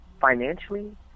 financially